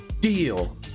deal